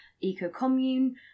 eco-commune